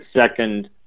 second